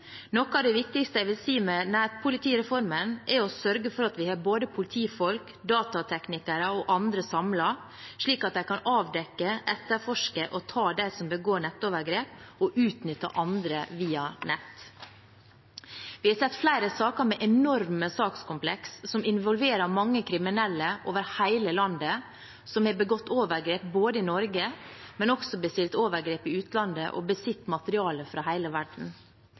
Noe av det viktigste med nærpolitireformen vil jeg si er å sørge for at vi har både politifolk, datateknikere og andre samlet, slik at de kan avdekke, etterforske og ta dem som begår nettovergrep og utnytter andre via nett. Vi har sett flere saker med enorme sakskompleks som involverer mange kriminelle over hele landet som både har begått overgrep i Norge og bestilt overgrep i utlandet, og som besitter materiale fra hele verden.